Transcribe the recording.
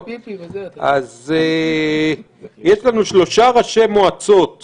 יש לנו שלושה ראשי מועצות